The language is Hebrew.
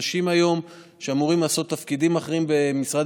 אנשים שאמורים לעשות תפקידים אחרים במשרד